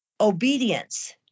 obedience